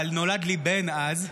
אבל נולד לי בן אז,